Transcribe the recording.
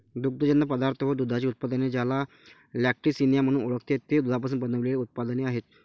दुग्धजन्य पदार्थ व दुधाची उत्पादने, ज्याला लॅक्टिसिनिया म्हणून ओळखते, ते दुधापासून बनविलेले उत्पादने आहेत